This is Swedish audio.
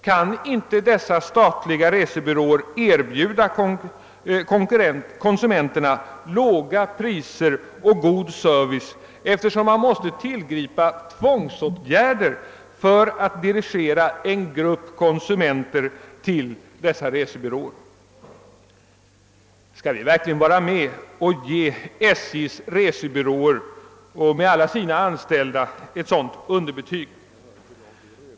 Kan inte dessa statliga resebyråkontor erbjuda konsumenterna låga priser och god service, eftersom man måste tillgripa tvångsåtgärder för att dirigera en grupp konsumenter till denna resebyrå? Skall vi verkligen vara med om. att ge SJ:s resebyrå med alla sina anställda ett sådant underbetyg?